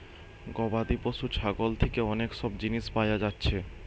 গবাদি পশু ছাগল থিকে অনেক সব জিনিস পায়া যাচ্ছে